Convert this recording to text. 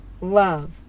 love